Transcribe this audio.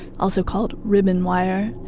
also called ribbon wire.